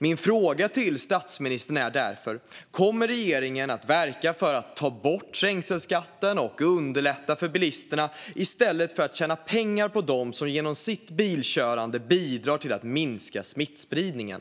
Min fråga till statsministern är därför om regeringen kommer att verka för att ta bort trängselskatten och underlätta för bilisterna i stället för att tjäna pengar på dem som genom sitt bilkörande bidrar till att minska smittspridningen.